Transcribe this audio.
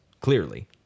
clearly